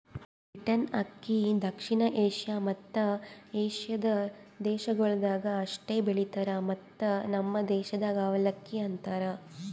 beaten ಅಕ್ಕಿ ದಕ್ಷಿಣ Asia ಮತ್ತ ಏಷ್ಯಾದ ದೇಶಗೊಳ್ದಾಗ್ ಅಷ್ಟೆ ಬೆಳಿತಾರ್ ಮತ್ತ ನಮ್ ದೇಶದಾಗ್ ಅವಲಕ್ಕಿ ಅಂತರ್